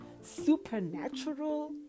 supernatural